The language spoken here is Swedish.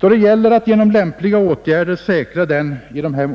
Då det gäller att genom lämpliga åtgärder säkra den i dessa